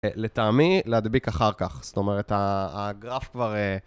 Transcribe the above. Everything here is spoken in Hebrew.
לטעמי, להדביק אחר כך, זאת אומרת, הגרף כבר...